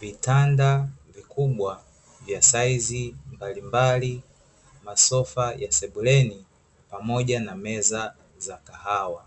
vitanda vikubwa vya saizi mbalimbali, masofa ya sebuleni, pamoja na meza za kahawa.